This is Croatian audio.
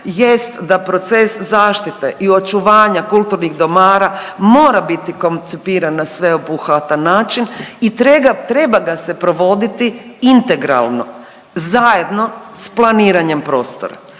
jest da proces zaštite i očuvanja kulturnih dobara, mora biti koncipiran na sveobuhvatan način i treba ga se provoditi integralno, zajedno s planiranjem prostora.